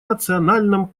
национальном